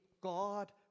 God